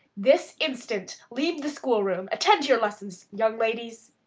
this instant. leave the school-room. attend to your lessons, young ladies.